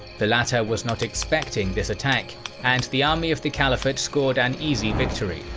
the latter was not expecting this attack and the army of the caliphate scored an easy victory,